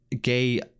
gay